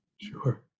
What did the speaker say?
sure